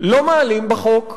לא מעלים בחוק תמלוגים.